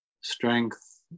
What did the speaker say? strength